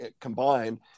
combined